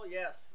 yes